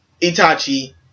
Itachi